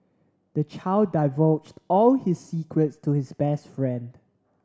the child divulged all his secrets to his best friend